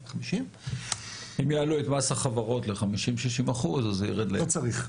זה 50%. אם יעלו את מס החברות ל-50%-60% אז זה יירד --- לא צריך.